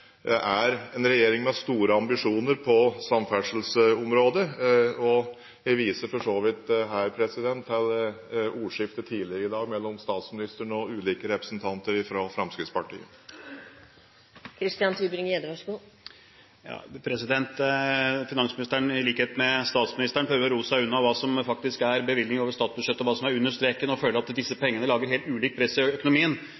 er en regjering med store ambisjoner på samferdselsområdet. Jeg viser for så vidt her til ordskiftet tidligere i dag mellom statsministeren og ulike representanter fra Fremskrittspartiet. Finansministeren, i likhet med statsministeren, prøver å ro seg unna hva som faktisk er bevilgninger over statsbudsjettet, og hva som er «under streken», og at disse